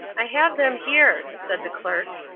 i have them here, said the clerk,